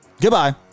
Goodbye